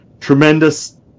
tremendous